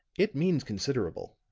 it means considerable.